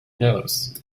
nose